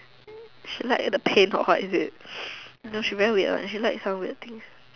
she like the paint or what is it she very weird one she like some weird things